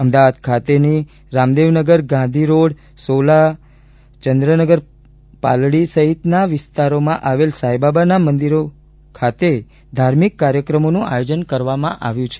અમદાવાદ ખાતેની રામદેવનગર ગાંધીરોડ સોલા ચંદ્રનગર પાલડી સહિતના વિસ્તારમાં આવેલ સાંઇબાબાના મંદિરો ખાતે ધાર્મિક કાર્યક્રમોનું આયોજન કરવામાં આવ્યું છે